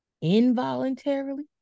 involuntarily